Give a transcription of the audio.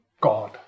God